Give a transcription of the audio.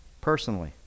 personally